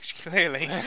clearly